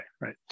right